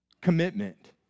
commitment